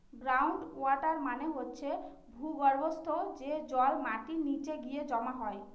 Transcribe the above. ground water মানে হচ্ছে ভূর্গভস্ত, যে জল মাটির নিচে গিয়ে জমা হয়